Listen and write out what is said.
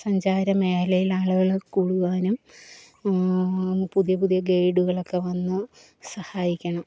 സഞ്ചാരമേഖലയിൽ ആളുകള് കൂടുവാനും പുതിയ പുതിയ ഗൈഡുകളൊക്കെ വന്ന് സഹായിക്കണം